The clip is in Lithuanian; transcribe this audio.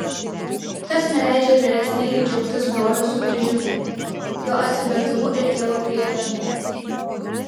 kas neleidžia vyresnėliui džiaugtis brolio sugrįžimu jo atsivertimu ir tėvo priėmimu